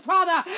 Father